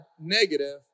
negative